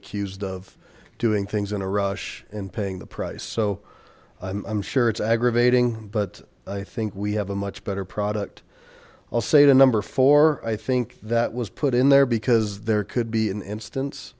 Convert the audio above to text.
accused of doing things in a rush and paying the price so i'm sure it's aggravating but i think we have a much better product i'll say the number four i think that was put in there because there could be an instance